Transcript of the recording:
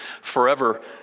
Forever